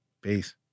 Peace